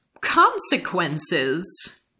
consequences